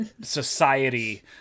society